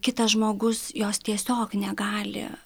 kitas žmogus jos tiesiog negali